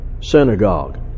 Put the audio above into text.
synagogue